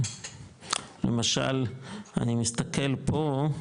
למשל, אני מסתכל פה,